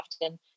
often